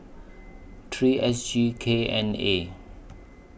three S G K N A